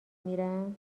میرم